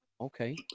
Okay